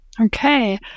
okay